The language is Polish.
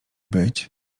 być